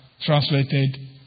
translated